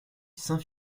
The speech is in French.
saint